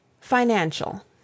Financial